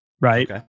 right